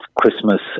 Christmas